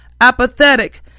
apathetic